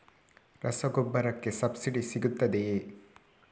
ರಸಗೊಬ್ಬರಕ್ಕೆ ಸಬ್ಸಿಡಿ ಸಿಗುತ್ತದೆಯೇ?